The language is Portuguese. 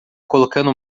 colocando